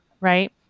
right